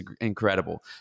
incredible